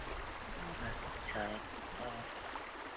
ᱟᱪᱪᱷᱟ ᱚ